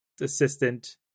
assistant